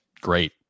great